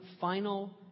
final